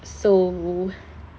mm